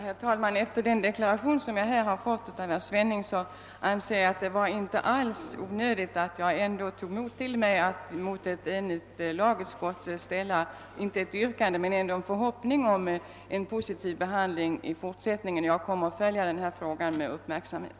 Herr talman! Efter att ha hört den deklaration som herr Svenning här har lämnat anser jag att det inte alls var onödigt att jag tog mod till mig att mot ett enigt lagutskott, inte ställa ett yrkande men uttala en förhoppning om en positiv behandling i fortsättningen. Jag kommer att följa frågan med uppmärksamhet.